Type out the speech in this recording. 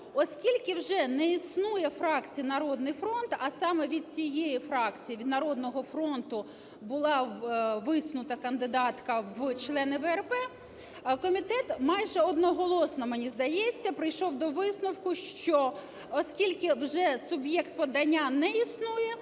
оскільки вже не існує фракції "Народний фронт", а саме від цієї фракції, від "Народного фронту" була висунута кандидатка в члени ВРП, комітет майже одноголосно, мені здається, прийшов до висновку, що, оскільки вже суб'єкт подання не існує,